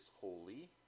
holy